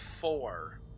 four